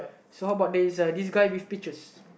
so how about this uh this guy with peaches